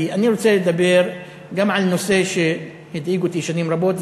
כי אני רוצה לדבר גם על נושא שהדאיג אותי שנים רבות,